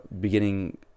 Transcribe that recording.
beginning